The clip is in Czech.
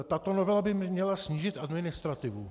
Tato novela by měla snížit administrativu.